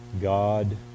God